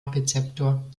rezeptor